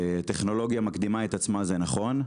טכנולוגיה מקדימה את עצמה, זה נכון.